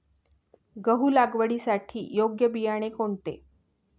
गहू लागवडीसाठी योग्य बियाणे कोणते?